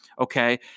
okay